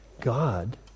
God